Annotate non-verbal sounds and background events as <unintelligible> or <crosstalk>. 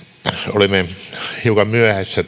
olemme hiukan myöhässä <unintelligible>